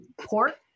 port